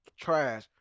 trash